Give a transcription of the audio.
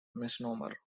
misnomer